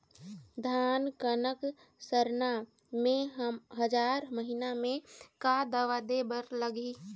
धान कनक सरना मे हजार महीना मे का दवा दे बर लगही?